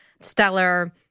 stellar